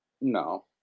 No